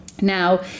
Now